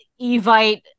Evite